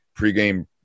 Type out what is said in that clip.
pregame